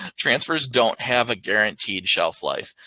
transfers don't have a guaranteed shelf-life.